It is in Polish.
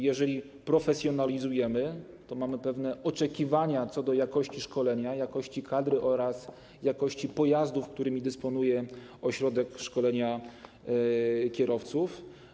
Jeżeli profesjonalizujemy, to mamy pewne oczekiwania co do jakości szkolenia, jakości kadry oraz jakości pojazdów, którymi dysponuje ośrodek szkolenia kierowców,